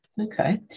okay